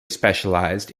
specialized